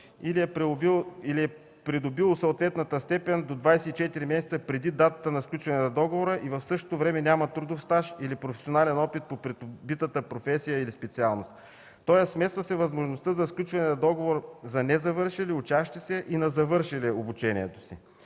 или е придобило съответната степен до 24 месеца преди датата на сключване на договора и в същото време няма трудов стаж или професионален опит по придобитата професия или специалност. Тоест смесва се възможността за сключване на договор за незавършили учащи се и на завършили обучението си.